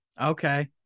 okay